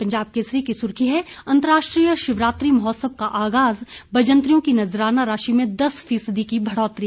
पंजाब केसरी की सुर्खी है अंतरराष्ट्रीय शिवरात्रि महोत्सव का आगाज़ बजंतरियों की नज़राजा राशि में दस फीसदी की बढ़ोतरी